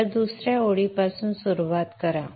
तर दुसऱ्या ओळीपासून सुरुवात करा